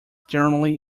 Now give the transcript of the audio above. generally